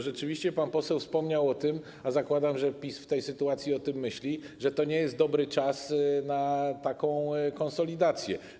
Rzeczywiście pan poseł wspomniał o tym, a zakładam, że PiS w tej sytuacji o tym myśli, że to nie jest dobry czas na taką konsolidację.